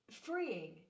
freeing